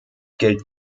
gilt